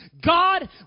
God